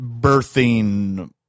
birthing